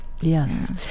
yes